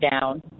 down